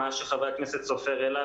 מה שחבר הכנסת סופר העלה,